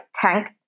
tank